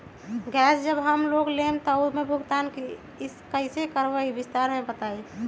Gas जब हम लोग लेम त उकर भुगतान कइसे करम विस्तार मे बताई?